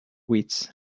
wits